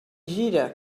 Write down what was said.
gira